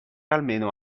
almeno